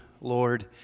Lord